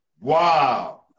Wow